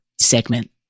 segment